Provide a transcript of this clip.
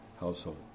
household